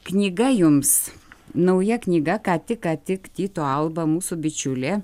knyga jums nauja knyga ką tik ką tik tyto alba mūsų bičiulė